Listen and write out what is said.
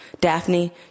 Daphne